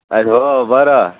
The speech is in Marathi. हो बरं